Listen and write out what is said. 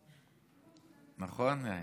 נכון?